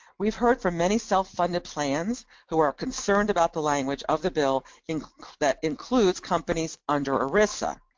we've heard from many self-funded plans, who are concerned about the language of the bill, inclu that includes companies under erisa.